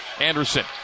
Anderson